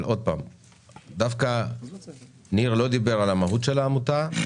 אבל דווקא ניר לא דיבר על המהות של העמותה.